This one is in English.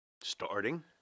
starting